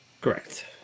Correct